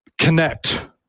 connect